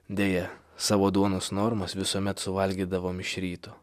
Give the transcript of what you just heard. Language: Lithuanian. deja savo duonos normas visuomet suvalgydavom iš ryto